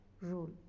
role